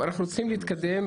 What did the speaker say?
אנחנו צריכים להתקדם,